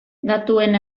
datuen